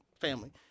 family